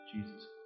Jesus